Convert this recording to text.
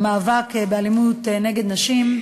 המאבק באלימות נגד נשים.